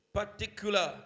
particular